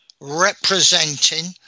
representing